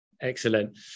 Excellent